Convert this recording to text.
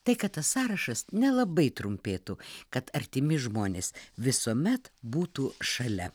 tai kad tas sąrašas nelabai trumpėtų kad artimi žmonės visuomet būtų šalia